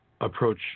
approach